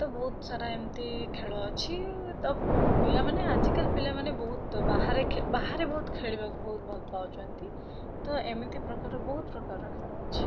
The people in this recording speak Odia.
ତ ବହୁତ ସାରା ଏମିତି ଖେଳ ଅଛି ତ ପିଲାମାନେ ଆଜିକାଲି ପିଲାମାନେ ବହୁତ ବାହାରେ ବାହାରେ ବହୁତ ଖେଳିବାକୁ ବହୁତ ଭଲ ପାଉଛନ୍ତି ତ ଏମିତି ପ୍ରକାର ବହୁତ ପ୍ରକାର ର ଖେଳ ଅଛି